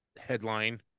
headline